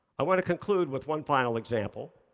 i want to conclude with one final example,